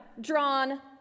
drawn